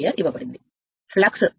ఇవ్వబడింది ఫ్లక్స్ 0